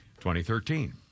2013